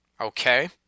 okay